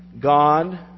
God